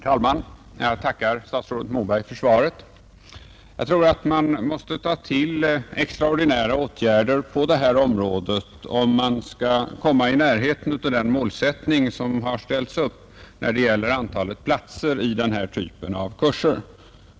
Herr talman! Jag tackar statsrådet Moberg för svaret. Jag tror att man måste vidtaga extraordinära åtgärder på detta område om man skall komma i närheten av det mål som satts upp när det gäller antalet platser i denna typ av kurser.